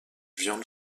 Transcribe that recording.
viande